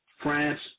France